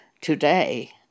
today